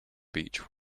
beech